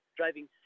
driving